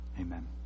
Amen